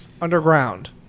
underground